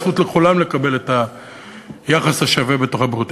עם מה שנקרא הזכות לכולם לקבל את היחס השווה בתוך הבריאות,